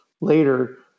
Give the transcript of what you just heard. later